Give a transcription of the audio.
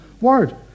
Word